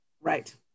right